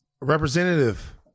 Representative